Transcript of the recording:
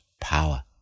power